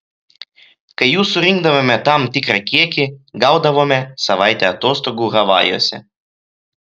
kai jų surinkdavome tam tikrą kiekį gaudavome savaitę atostogų havajuose